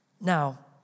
Now